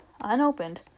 unopened